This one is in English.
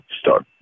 start